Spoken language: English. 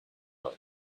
own